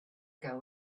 ago